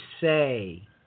say